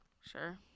sure